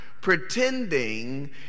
pretending